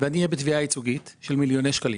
ואני אהיה בתביעה ייצוגית של מיליוני שקלים.